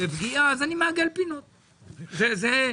אדם